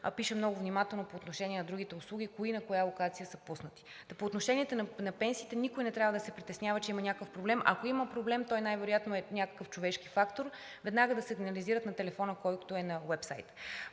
пишем много внимателно по отношение на другите услуги кои на коя локация са пуснати. Та, по отношение на пенсиите никой не трябва да се притеснява, че има някакъв проблем. Ако има проблем, той най-вероятно е в някакъв човешки фактор, веднага да сигнализират на телефона, който е на уебсайта.